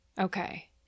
Okay